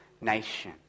nation